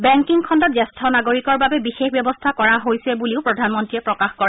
banking খণ্ডত জ্যেষ্ঠ নাগৰিকৰ বাবে বিশেষ ব্যৱস্থা কৰা হৈছে বুলিও প্ৰধানমন্ত্ৰীয়ে প্ৰকাশ কৰে